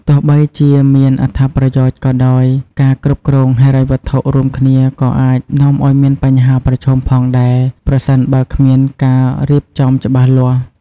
ទោះបីជាមានអត្ថប្រយោជន៍ក៏ដោយ ការគ្រប់គ្រងហិរញ្ញវត្ថុរួមគ្នាក៏អាចនាំឲ្យមានបញ្ហាប្រឈមផងដែរ ប្រសិនបើគ្មានការរៀបចំច្បាស់លាស់។